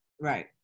right